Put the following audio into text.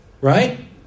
right